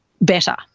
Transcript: better